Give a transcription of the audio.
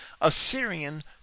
Assyrian